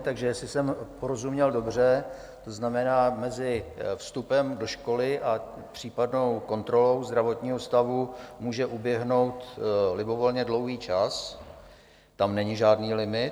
Takže jestli jsem porozuměl dobře, to znamená, mezi vstupem do školy a případnou kontrolou zdravotního stavu může uběhnout libovolně dlouhý čas, tam není žádný limit.